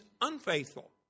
unfaithful